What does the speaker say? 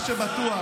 מה שבטוח,